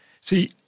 See